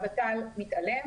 הוות"ל מתעלם.